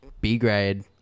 B-grade